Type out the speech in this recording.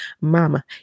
mama